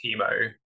chemo